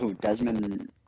Desmond